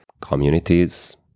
communities